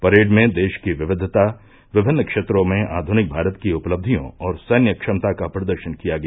parade में देश की विविधता विभिन्न क्षेत्रों में आध्निक भारत की उपलब्धियों और सैन्य क्षमता का प्रदर्शन किया गया